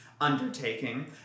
undertaking